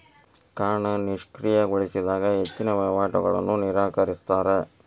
ಕಾರ್ಡ್ನ ನಿಷ್ಕ್ರಿಯಗೊಳಿಸಿದಾಗ ಹೆಚ್ಚಿನ್ ವಹಿವಾಟುಗಳನ್ನ ನಿರಾಕರಿಸ್ತಾರಾ